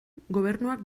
gobernuak